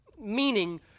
meaning